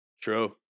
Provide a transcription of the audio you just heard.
True